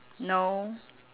no